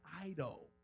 idol